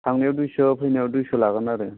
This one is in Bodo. थांनायाव दुइस' फैनायाव दुइस' लागोन आरो